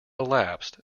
elapsed